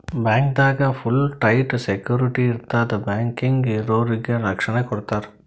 ಬ್ಯಾಂಕ್ದಾಗ್ full tight security ಇರ್ತದ್ ಬ್ಯಾಂಕಿಗ್ ಬರೋರಿಗ್ ರಕ್ಷಣೆ ಕೊಡ್ತಾರ